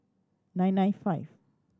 nine nine five